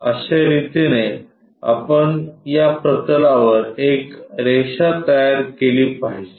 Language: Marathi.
अश्या रितीने आपण या प्रतलावर एक रेषा तयार केली पाहिजे